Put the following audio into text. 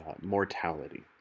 mortality